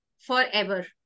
forever